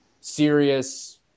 serious